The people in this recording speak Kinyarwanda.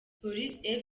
police